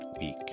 week